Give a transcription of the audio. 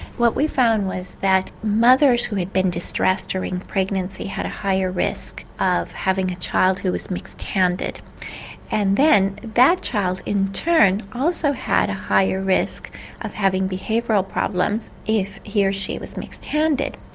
what we found was that mothers who had been distressed during pregnancy had a higher risk of having a child who was mixed handed and then that child in turn also had a higher risk of having behavioural problems if he or she was mixed handed.